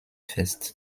fest